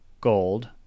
gold